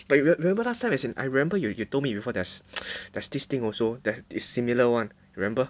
but you you remember last time as in I remember you you told me before there's there's this thing also that is similar [one] remember